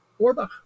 Orbach